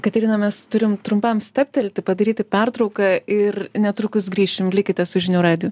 katerina mes turim trumpam stabtelti padaryti pertrauką ir netrukus grįšime likite su žinių radiju